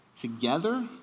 together